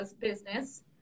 business